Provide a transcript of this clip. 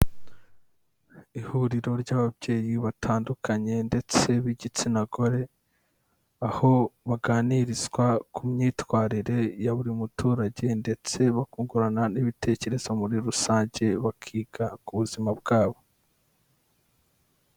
Ihuriro ry'ababyeyi batandukanye ndetse b'igitsina gore, aho baganirizwa ku myitwarire ya buri muturage ndetse bakungurana n'ibitekerezo muri rusange bakiga ku buzima bwabo.